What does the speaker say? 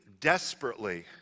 desperately